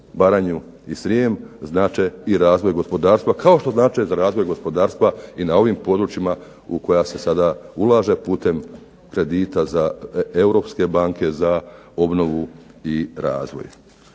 Baranju i Srijem znače razvoj gospodarstva kao što znače za razvoj gospodarstva na ovim područjima u koja se sada ulaže putem kredita Europske banke za obnovu i razvoj.